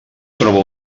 troba